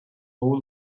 full